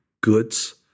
goods